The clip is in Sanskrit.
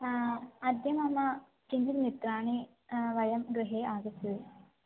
आम् अद्य मम किञ्चित् मित्राणि वयं गृहे आगच्छ